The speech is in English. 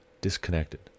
disconnected